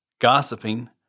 gossiping